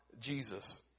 Jesus